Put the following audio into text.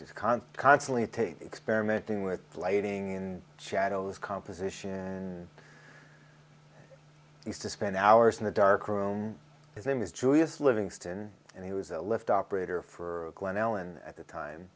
't constantly take experimenting with lighting shadows composition is to spend hours in a dark room his name is julius livingston and he was a lift operator for glenallan at the time